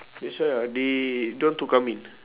that's why ah they don't want to come in